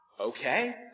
Okay